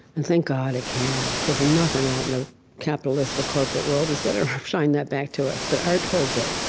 and thank god it can because nothing out in the capitalistic corporate world is going to shine that back to us, but art holds it.